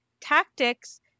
tactics